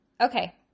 Okay